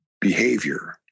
behavior